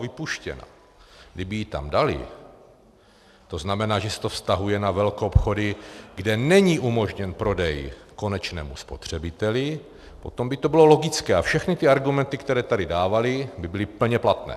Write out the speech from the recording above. Kdyby ji tam dali, to znamená, že se to vztahuje na velkoobchody, kde není umožněn prodej konečnému spotřebiteli, potom by to bylo logické a všechny argumenty, která tady dávali, by byly plně platné.